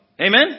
Amen